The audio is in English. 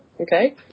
okay